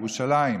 ירושלים.